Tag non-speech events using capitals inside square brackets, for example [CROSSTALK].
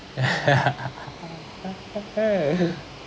[LAUGHS]